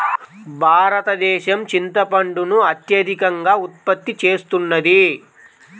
భారతదేశం చింతపండును అత్యధికంగా ఉత్పత్తి చేస్తున్నది